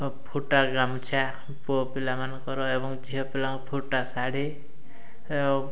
ଫୁଟା ଗାମୁଛା ପୁଅ ପିଲାମାନଙ୍କର ଏବଂ ଝିଅପିଲାଙ୍କ ଫୁଟା ଶାଢ଼ୀ ଆଉ